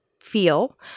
Feel